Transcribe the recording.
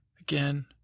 Again